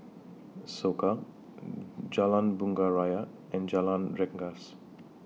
Soka Jalan Bunga Raya and Jalan Rengas